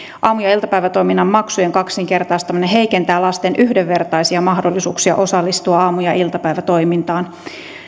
aamu ja iltapäivätoiminnan maksujen kaksinkertaistaminen heikentää lasten yhdenvertaisia mahdollisuuksia osallistua aamu ja iltapäivätoimintaan